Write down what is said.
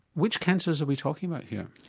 which cancers are we talking about here?